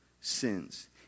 sins